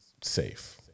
safe